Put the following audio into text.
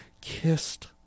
kissed